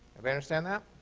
um understand that?